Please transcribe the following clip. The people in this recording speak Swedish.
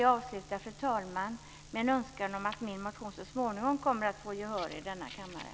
Jag vill avsluta med en önskan om att min motion så småningom kommer att få gehör i denna kammare.